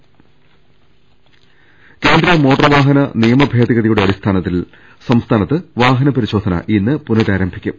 ൾ ൽ ൾ കേന്ദ്ര മോട്ടോർ വാഹന നിയമ ഭേദഗതിയുടെ അടിസ്ഥാനത്തിൽ സംസ്ഥാനത്ത് വാഹന പരിശോധന ഇന്ന് പുനരാരംഭിക്കും